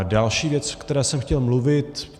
Další věc, o které jsem chtěl mluvit.